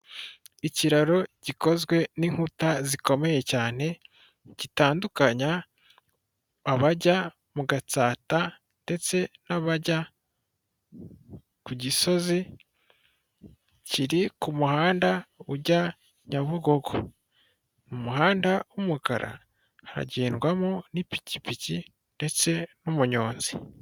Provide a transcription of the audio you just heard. Ikiraro gikozwe n'inkuta zikomeye cyane, gitandukanya abajya mu Gatsata ndetse n'abajya ku Gisoz, kiri ku muhanda ujya Nyabugogo, mu muhanda w'umukara hagendwamo n'ipikipiki ndetse n'umunyonzi.